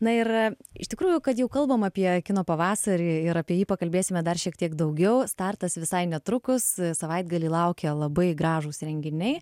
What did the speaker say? na ir iš tikrųjų kad jau kalbam apie kino pavasarį ir apie jį pakalbėsime dar šiek tiek daugiau startas visai netrukus savaitgalį laukia labai gražūs renginiai